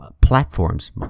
platforms